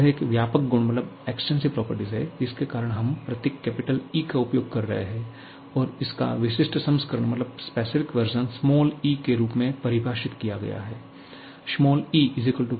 यह एक व्यापक गुण है जिसके कारण हम प्रतीक E' का उपयोग कर रहे हैं और इसका विशिष्ट संस्करण ' e 'के रूप में परिभाषित किया गया है